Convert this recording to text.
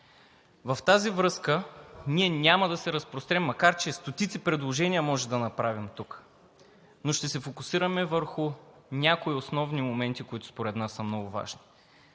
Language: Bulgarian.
В тази връзка ние няма да се разпрострем, макар че стотици предложения можем да направим тук, но ще се фокусираме върху някои основни моменти, които според нас са много важни.